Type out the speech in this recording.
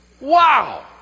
Wow